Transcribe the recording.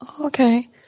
Okay